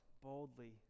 boldly